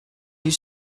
you